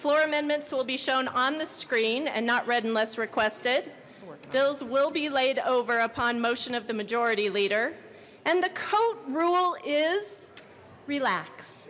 floor amendments will be shown on the screen and not read and less requested bills will be laid over upon motion of the majority leader and the coat rule is relax